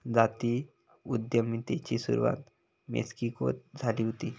जाती उद्यमितेची सुरवात मेक्सिकोत झाली हुती